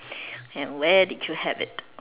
and where did you have it